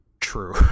True